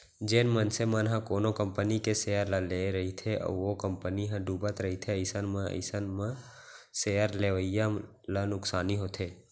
जेन मनसे मन ह कोनो कंपनी के सेयर ल लेए रहिथे अउ ओ कंपनी ह डुबत रहिथे अइसन म अइसन म सेयर लेवइया ल नुकसानी होथे